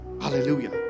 Hallelujah